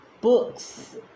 books